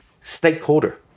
stakeholder